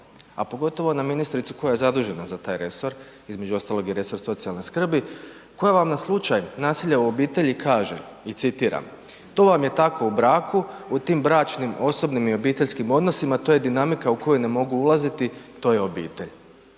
a pogotovo na ministricu koja je zadužena za taj resor, između ostalog i resor socijalne skrbi, koja vam na slučaj nasilja u obitelji kaže i citiram: „To vam je tako u braku, u tim bračnim, osobnim i obiteljskim odnosima, to je dinamika u koju ne mogu ulaziti, to je obitelj.“